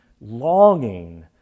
longing